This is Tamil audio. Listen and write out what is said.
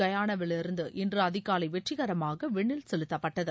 கயானாவிலிருந்து இன்று அதிகாலை வெற்றிகரமாக விண்ணில் செலுத்தப்பட்டது